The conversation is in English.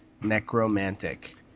Necromantic